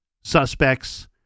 suspects